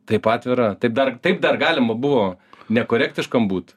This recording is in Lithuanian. taip atvira taip dar taip dar galima buvo nekorektiškam būt